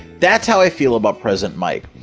that's how i feel about present mic.